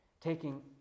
taking